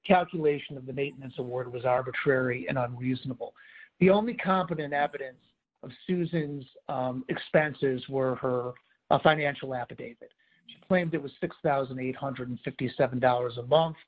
calculation of the maintenance award was arbitrary and reasonable the only competent apis of susan's expenses were her financial affidavit claimed it was six thousand eight hundred and fifty seven dollars amon